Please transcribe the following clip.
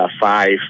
five